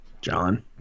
John